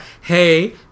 hey